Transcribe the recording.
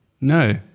no